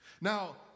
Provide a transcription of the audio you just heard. Now